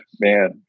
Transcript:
man